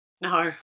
No